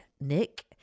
Nick